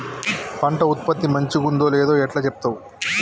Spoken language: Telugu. పంట ఉత్పత్తి మంచిగుందో లేదో ఎట్లా చెప్తవ్?